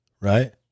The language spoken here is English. right